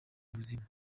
buzima